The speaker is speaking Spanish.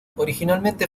originalmente